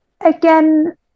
Again